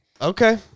okay